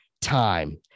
time